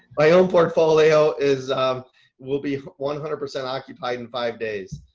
my own portfolio is will be one hundred percent occupied in five days.